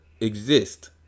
exist